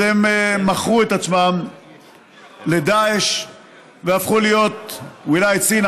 אז הם מכרו את עצמם לדאעש והפכו להיות ולַאית סינא,